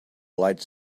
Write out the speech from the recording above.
lights